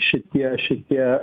šitie šitie